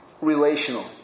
relational